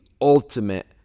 ultimate